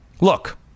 look